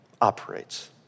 operates